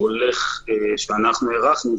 שאנחנו הערכנו,